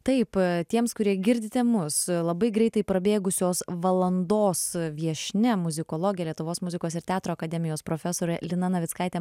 taip tiems kurie girdite mus labai greitai prabėgusios valandos viešnia muzikologė lietuvos muzikos ir teatro akademijos profesorė lina navickaitė